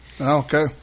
Okay